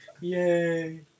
Yay